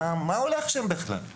מה הולך שם בכלל?